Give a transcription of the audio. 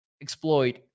exploit